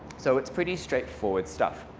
so it's pretty straightforward stuff.